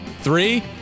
three